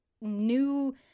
new